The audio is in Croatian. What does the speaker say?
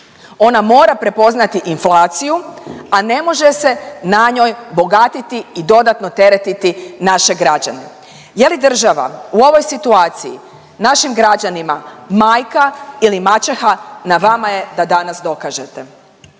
ona mora prepoznati inflaciju, a ne može se na njoj bogati i dodatno teretiti naše građane. Je li država u ovoj situaciji našim građanima majka ili maćeha na vama je da danas dokažete.